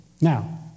Now